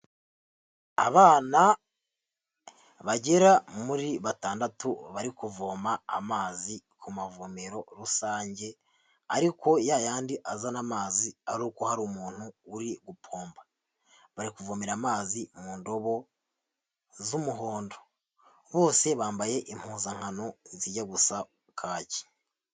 Abana bagera muri batandatu barikuvoma amazi ku mavomero rusange ariko ya yandi azana amazi ari uko hari umuntu urigupomba. Barikuvomera amazi mu ndobo z'umuhondo. Bose bambaye impuzankano zijya gusa kaki.